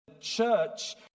church